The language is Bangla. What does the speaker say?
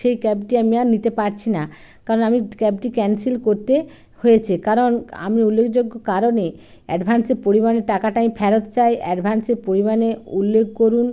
সেই ক্যাবটি আমি আর নিতে পারছি না কারণ আমি ক্যাবটি ক্যানসেল করতে হয়েছে কারণ আমি উল্লেখযোগ্য কারণে অ্যাডভান্সের পরিমাণের টাকাটা আমি ফেরত চাই অ্যাডভান্সের পরিমাণে উল্লেখ করুন